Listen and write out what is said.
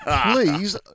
please